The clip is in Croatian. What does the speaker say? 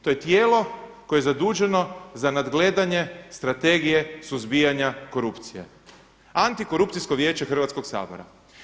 To je tijelo koje je zaduženo za nadgledanje Strategije suzbijanja korupcije Antikorupcijsko vijeće Hrvatskog sabora.